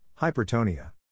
hypertonia